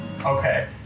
Okay